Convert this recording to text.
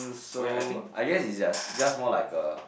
so I guess it's just just more like a